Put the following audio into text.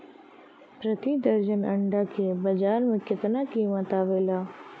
प्रति दर्जन अंडा के बाजार मे कितना कीमत आवेला?